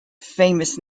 famous